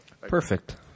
Perfect